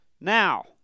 Now